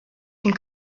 den